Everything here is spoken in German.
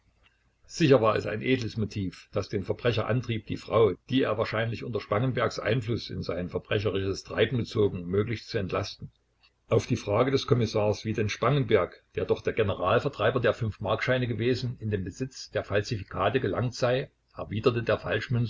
sicher war es ein edles motiv das den verbrecher antrieb die frau die er wahrscheinlich unter spangenbergs einfluß in sein verbrecherisches treiben gezogen möglichst zu entlasten auf die frage des kommissars wie denn spangenberg der doch der generalvertreiber der fünfmarkscheine gewesen in den besitz der falsifikate gelangt sei erwiderte der